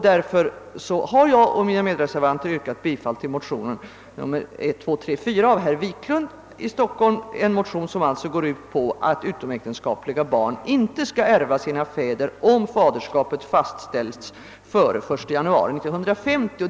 Därför har jag och mina medreservanter i reservationen 3, i anslutning till motionen II: 1243 av herr Wiklund i Stockholm, yrkat att utomäktenskapligt barn inte skall ärva sin fader om faderskapet fastställts före den 1 januari 1950.